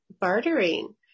bartering